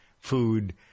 food